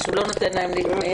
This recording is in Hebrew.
שהוא לא נותן להן להתמיין?